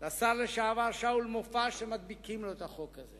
לשר לשעבר שאול מופז כשמדביקים לו את החוק הזה,